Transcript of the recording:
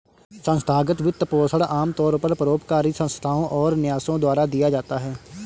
संस्थागत वित्तपोषण आमतौर पर परोपकारी संस्थाओ और न्यासों द्वारा दिया जाता है